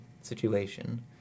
situation